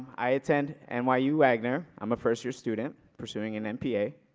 i attend and where you agner i'm a first year student pursuing an n p a.